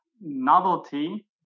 novelty